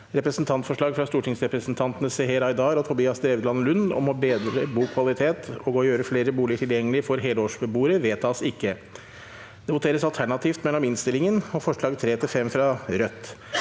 Representantforslag fra stortingsrepresentantene Seher Aydar og Tobias Drevland Lund om å bedre boligkvalitet og å gjøre flere boliger tilgjengelige for helårsbeboere – vedtas ikke. Presidenten: Det blir votert alternativt mellom inn- stillingen og forslagene nr. 3–5, fra Rødt.